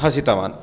हसितवान्